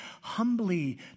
humbly